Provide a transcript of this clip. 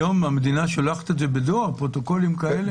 היום המדינה שולחת בדור פרוטוקולים כאלה?